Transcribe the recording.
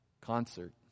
concert